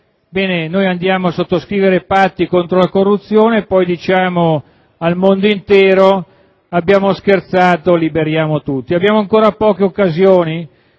Unite. Noi andiamo a sottoscrivere patti contro la corruzione e poi diciamo al mondo intero: «Abbiamo scherzato, liberiamo tutti». Abbiamo ancora poche occasioni